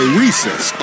recess